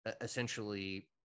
essentially